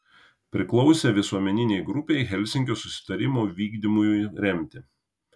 priklausė visuomeninei grupei helsinkio susitarimų vykdymui remti